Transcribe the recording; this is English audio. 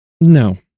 No